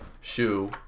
shoe